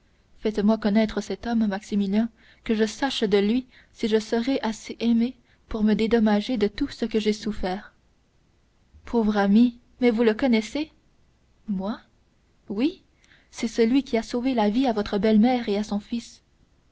faites-moi connaître cet homme maximilien que je sache de lui si je serai assez aimée pour me dédommager de tout ce que j'ai souffert pauvre amie mais vous le connaissez moi oui c'est celui qui a sauvé la vie à votre belle-mère et à son fils